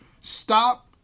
Stop